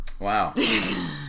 Wow